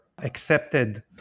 accepted